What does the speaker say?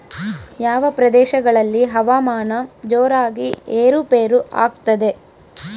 ಯಾವ ಪ್ರದೇಶಗಳಲ್ಲಿ ಹವಾಮಾನ ಜೋರಾಗಿ ಏರು ಪೇರು ಆಗ್ತದೆ?